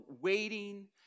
waiting